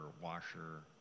washer